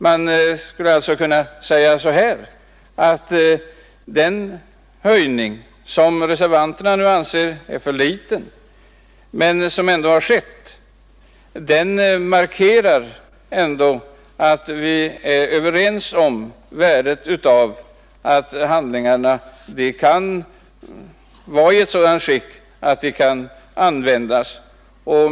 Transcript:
Man skulle alltså kunna säga att den höjning som reservanterna anser är för liten men som ändå föreslagits markerar att vi är ense om värdet av att handlingarna hålls i sådant skick att de kan användas.